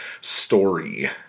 story